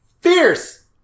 Fierce